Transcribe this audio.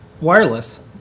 wireless